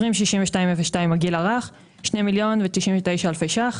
206202 לגיל הרך, 2 מיליון ו-99 אלפי ₪.